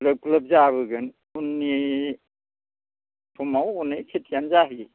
लोब लोब जाबोगोन उननि समाव अनेख खेथियानो जाहैयो